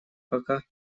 пока